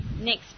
next